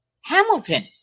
Hamilton